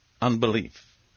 unbelief